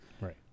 right